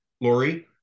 Lori